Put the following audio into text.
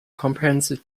comprehensive